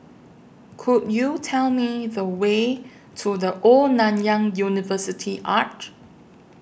Could YOU Tell Me The Way to The Old Nanyang University Arch